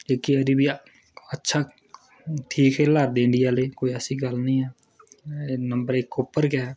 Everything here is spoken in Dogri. एह्की हांडी बी अच्छा ठीक खे'ल्ला दी इंडिया कोई ऐसी गल्ल निं ऐ नम्बर इक उप्पर गै